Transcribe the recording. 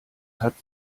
hat